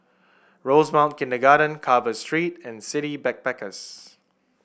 Rosemount Kindergarten Carver Street and City Backpackers